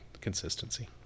consistency